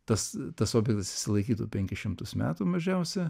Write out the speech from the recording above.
tas tas objektas išsilaikytų penkis šimtus metų mažiausia